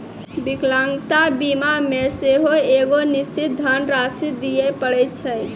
विकलांगता बीमा मे सेहो एगो निश्चित धन राशि दिये पड़ै छै